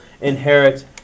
inherit